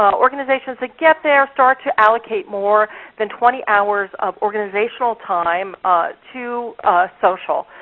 ah organizations that get there start to allocate more than twenty hours of organizational time to social,